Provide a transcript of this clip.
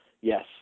Yes